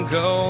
go